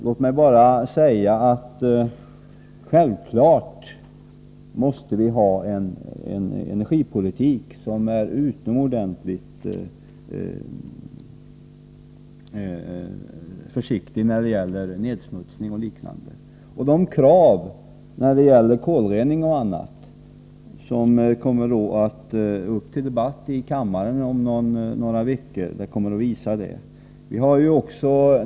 Låt mig bara säga att vi självfallet måste ha en energipolitik som förespråkar en utomordentlig försiktighet när det gäller nedsmutning och liknande. Den debatt om krav på kolrening och annat som skall hållas i kammaren om några veckor kommer att visa detta.